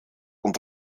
und